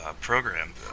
program